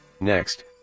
Next